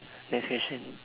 next question